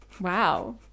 wow